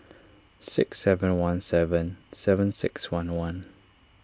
six seven one seven seven six one one